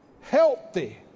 healthy